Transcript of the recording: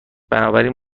بنابراین